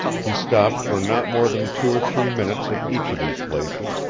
he stopped for not more than two or three minutes at each of these places,